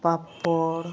ᱯᱟᱯᱚᱲ